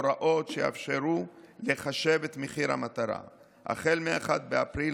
הוראות שיאפשרו לחשב את מחיר המטרה החל מ-1 באפריל